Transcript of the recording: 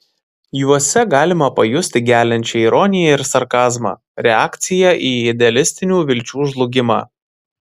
juose galima pajusti geliančią ironiją ir sarkazmą reakciją į idealistinių vilčių žlugimą